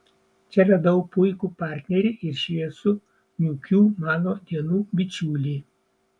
čia radau puikų partnerį ir šviesų niūkių mano dienų bičiulį